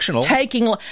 taking